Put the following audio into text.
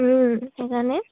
সেইকাৰণে